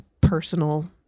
personal